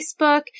Facebook